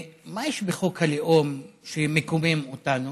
מה יש בחוק הלאום שמקומם אותנו,